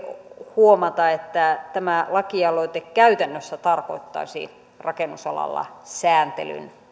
huomata että tämä lakialoite käytännössä tarkoittaisi rakennusalalla sääntelyn